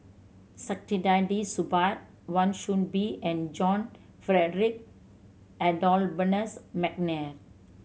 Saktiandi Supaat Wan Soon Bee and John Frederick Adolphus McNair